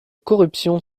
corruption